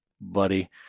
buddy